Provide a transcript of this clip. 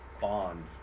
bond